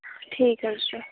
ٹھیٖک حظ چھُ